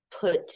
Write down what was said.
put